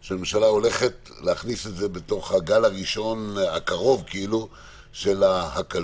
שהממשלה הולכת להכניס את זה בגל הקרוב של ההקלות.